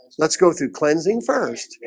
let's go through cleansing first,